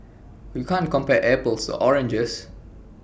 you can't compare apples oranges